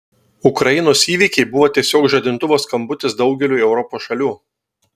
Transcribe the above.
ukrainos įvykiai buvo tiesiog žadintuvo skambutis daugeliui europos šalių